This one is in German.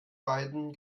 beidem